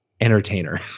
entertainer